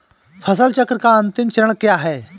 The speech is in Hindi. फसल चक्र का अंतिम चरण क्या है?